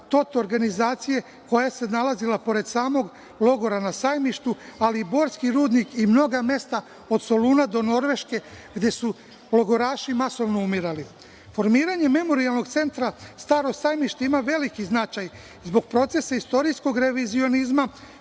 TOT Organizacije, koja je nalazila pored samog logora na Sajmištu, ali i borski rudnik i mnoga mesta od Soluna do Norveške gde su logoraši masovno umirali. Formiranje Memorijalnog centra „Staro sajmište“ ima veliki značaj zbog procesa istorijskog revizionizma